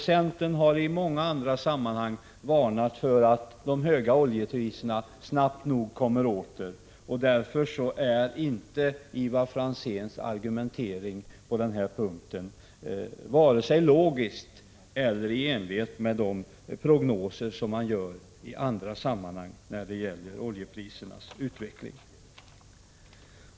Centern har i många andra sammanhang varnat för att oljepriserna snabbt nog kommer att höjas igen. Därför är inte Ivar Franzéns argumentering på denna punkt vare sig logisk eller i enlighet med de prognoser som görs i andra sammanhang beträffande oljeprisernas utveckling.